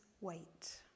wait